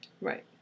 Right